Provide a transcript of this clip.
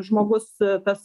žmogus tas